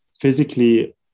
physically